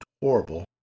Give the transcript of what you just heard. horrible